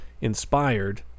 inspired